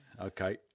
Okay